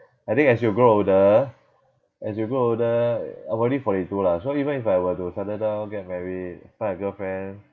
I think as you grow older as you grow older I'm already forty two lah so even if I were to settle down get married find a girlfriend